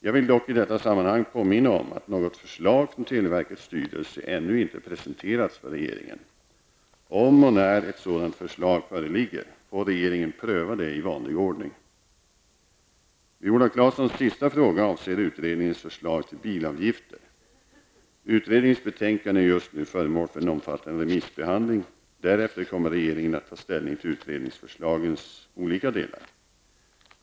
Jag vill dock i detta sammanhang påminna om att något förslag från televerkets styrelse ännu inte presenterats för regeringen. Om och när ett sådant förslag föreligger får regeringen pröva det i vanlig ordning. Viola Claessons sista fråga avser utredningens förslag till bilavgifter. Utredningens betänkande är just nu föremål för en omfattande remissbehandling. Därefter kommer regeringen att ta ställning till utredningsförslagens olika delar.